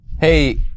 Hey